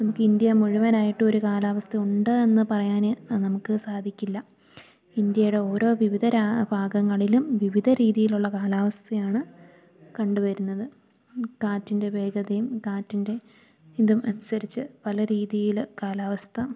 നമുക്ക് ഇന്ത്യ മുഴുവനായിട്ട് ഒരു കാലാവസ്ഥ ഉണ്ട് എന്നു പറയാന് നമുക്കു സാധിക്കില്ല ഇന്ത്യയുടെ ഓരോ വിവിധ ഭാഗങ്ങളിലും വിവിധ രീതിയിലുള്ള കാലാവസ്ഥയാണ് കണ്ടുവരുന്നത് കാറ്റിൻ്റെ വേഗതയും കാറ്റിൻ്റെ ഇതും അനുസരിച്ച് പല രീതിയില് കാലാവസ്ഥ